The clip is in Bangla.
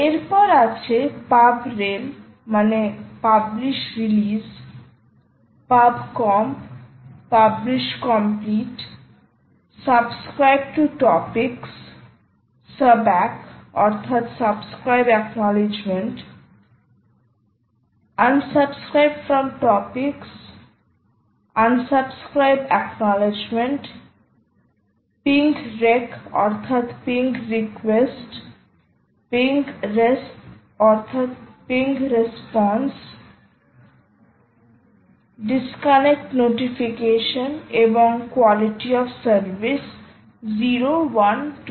এরপর আছে pub rel publish release pub comp publish complete subscribe to topics subackসাবস্ক্রাইব acknowledgement unsubscribe from topics unsubscribe acknowledgement ping req ping request ping res ping response disconnect notification এবং কোয়ালিটি অফ সার্ভিস 0 1 2